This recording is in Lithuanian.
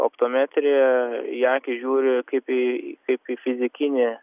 optometrija į akį žiūri kaip į kaip į fizikinį